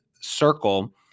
circle